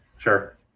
Sure